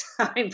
time